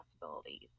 possibilities